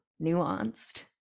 nuanced